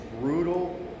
brutal